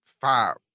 Five